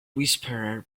whisperer